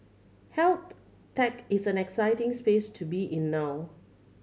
health tech is an exciting space to be in now